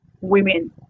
women